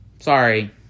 sorry